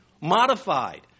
modified